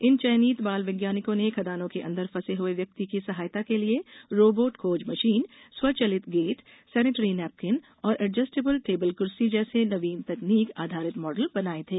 इन चयनित बाल वैज्ञानिकों ने खदानों के अंदर फंसे हुये व्यक्ति की सहायता के लिए रोबोट खोज मशीन स्वचलित गेट सेनेटरी नेपकीन और एडजस्टेबल टेबल कुर्सी जैसे नवीन तकनीक आधारित मॉडल बनाए थे